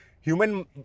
human